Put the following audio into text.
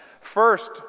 first